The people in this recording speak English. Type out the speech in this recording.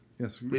Yes